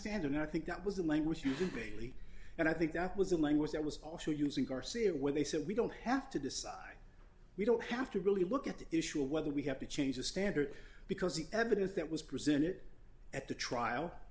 standard i think that was the language you greatly and i think that was a language that was also using garcinia where they said we don't have to decide we don't have to really look at the issue of whether we have to change the standard because the evidence that was presented at the trial